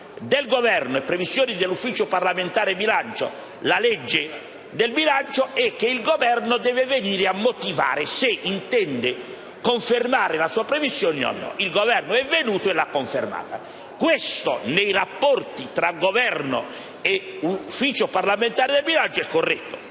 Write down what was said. del Governo e previsioni dell'Ufficio parlamentare di bilancio la legge di bilancio è che il Governo deve venire a motivare se intende confermare la sua previsione oppure no. Il Governo è venuto e l'ha confermato. Questo, nei rapporti tra Governo e Ufficio parlamentare di bilancio, è corretto.